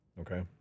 Okay